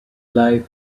life